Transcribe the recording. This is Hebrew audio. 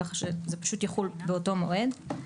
כך שזה פשוט יחול באותו מועד.